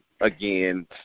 again